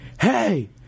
hey